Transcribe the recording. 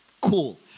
cool